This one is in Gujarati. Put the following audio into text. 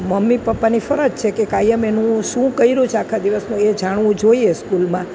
મમ્મી પ્પાની ફરજ છે કે કાયમ એનું શું કર્યું છે આખા દિવસનું એ જાણવું જોઈએ સ્કૂલમાં